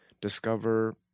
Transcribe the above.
discover